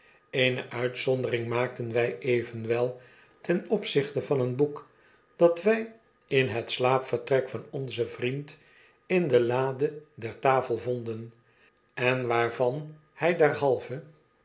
eene uitzondering maakten wjj evenwel ten opzichte van een boek dat wy in het slaapvertrek van onzen vriend in de lade der tafel vonden en waarvan hy